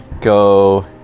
Go